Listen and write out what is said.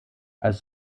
als